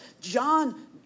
John